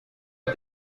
auf